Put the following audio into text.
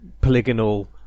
polygonal